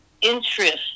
interest